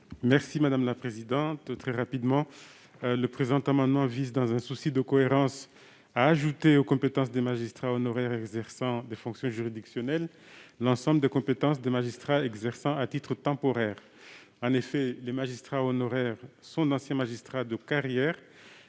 Thani Mohamed Soilihi. Notre amendement vise, dans un souci de cohérence, à ajouter aux compétences des magistrats honoraires exerçant des fonctions juridictionnelles l'ensemble des compétences de magistrats exerçant à titre temporaire. Les magistrats honoraires sont d'anciens magistrats de carrière,